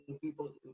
people